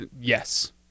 yes